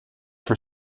for